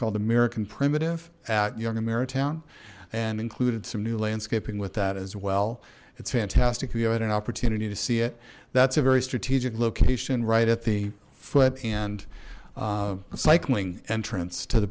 called american primitive at young and maritime and included some new landscaping with that as well it's fantastic vo i had an opportunity to see it that's a very strategic location right at the foot and cycling entrance to the